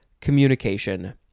communication